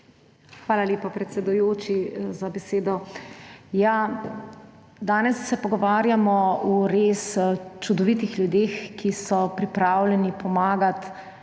Hvala lepa, predsedujoči, za besedo. Danes se pogovarjamo o res čudovitih ljudeh, ki so pripravljeni pomagati